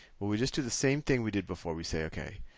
well, we just do the same thing we did before. we say ok,